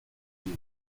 vive